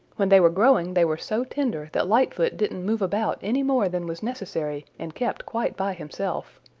when they were growing they were so tender that lightfoot didn't move about any more than was necessary and kept quite by himself.